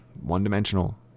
one-dimensional